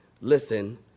Listen